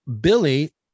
Billy